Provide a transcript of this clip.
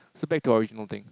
so back to original thing